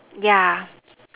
yeah